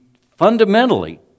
fundamentally